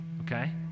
okay